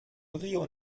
rio